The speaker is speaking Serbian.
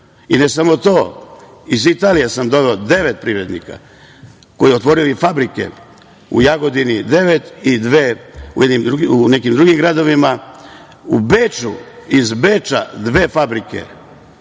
Ne samo to, iz Italije sam doveo devet privrednika koji su otvorili fabrike, u Jagodini devet i dve u nekim drugim gradovima. Iz Beča dve fabrike.